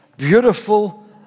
Beautiful